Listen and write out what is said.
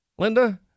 Linda